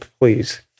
please